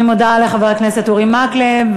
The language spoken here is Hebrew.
אני מודה לחבר הכנסת אורי מקלב.